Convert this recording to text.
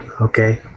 Okay